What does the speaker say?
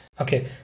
Okay